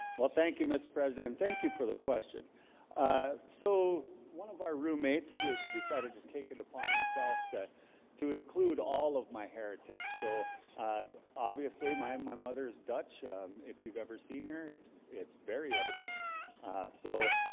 well, thank you mr. president, thank you for the question ah so one of our roommates ah decided to take it upon himself that to include all of my heritage, so obviously my um my mother is dutch if you've ever seen here, it's it's very evident so